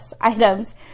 items